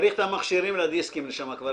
צריך את המכשירים לדיסקים, נשמה.